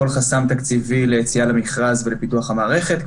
חסם תקציבי ליציאה למכרז ולפיתוח המערכת,